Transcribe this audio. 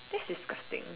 that's is disgusting